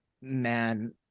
man